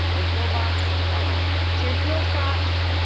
the robots are on it so your field crops,